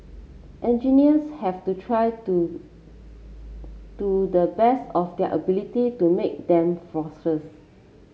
engineers have to try to to the best of their ability to make them falls less